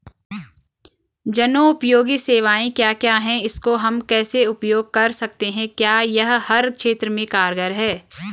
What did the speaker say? जनोपयोगी सेवाएं क्या क्या हैं इसको हम कैसे उपयोग कर सकते हैं क्या यह हर क्षेत्र में कारगर है?